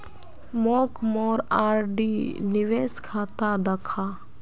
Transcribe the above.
मोक मोर आर.डी निवेश खाता दखा